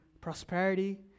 prosperity